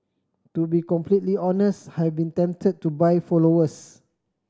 to be completely honest have been tempted to buy followers